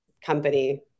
company